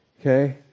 okay